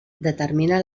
determina